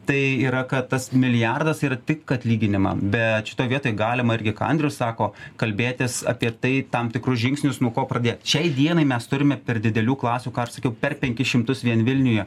tai yra kad tas milijardas yra tik atlyginimam bet šitoj vietoj galima ir ką andrius sako kalbėtis apie tai tam tikrus žingsnius nuo ko pradėt šiai dienai mes turime per didelių klasių ką ir sakiau per penkis šimtus vien vilniuje